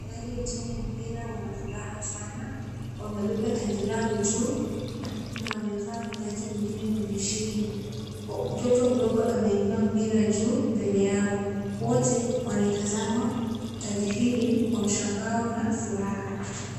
Wachezaji wa timu ya mpira wana furaha sana. Wamebeba taji lao juu na wamevaa mataji mengine kwenye shingo. Mtoto mdogo ameinuwa mpira juu mbele yao. Wote wanaitazama taji hili kwa mshangao na furaha.